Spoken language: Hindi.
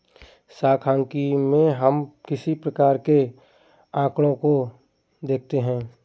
सांख्यिकी में हम किस प्रकार के आकड़ों को देखते हैं?